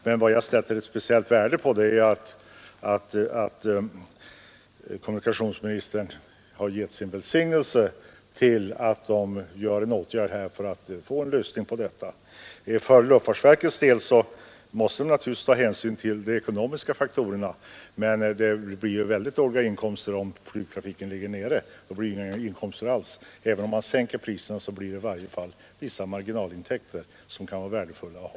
Men vad jag sätter speciellt värde på är att kommunikationsministern har gett sin välsignelse till att de vidtar en åtgärd för att få en lösning på detta problem. För luftfartsverkets del måste man naturligtvis ta hänsyn till de ekonomiska faktorerna, men om flygtrafiken ligger nere blir det inga inkomster alls. Även om man sänker priserna blir det i varje fall vissa marginalintäkter som kan vara värdefulla att ha.